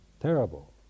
Terrible